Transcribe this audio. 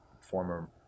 former